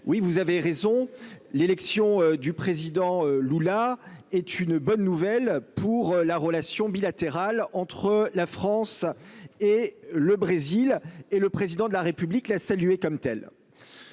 Oui vous avez raison, l'élection du président Lula est une bonne nouvelle pour la relation bilatérale entre la France et le Brésil et le président de la République l'a saluée comme telle.--